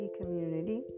community